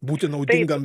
būti naudingam